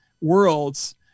worlds